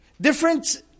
Different